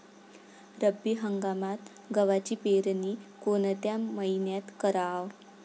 रब्बी हंगामात गव्हाची पेरनी कोनत्या मईन्यात कराव?